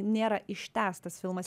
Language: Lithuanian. nėra ištęstas filmas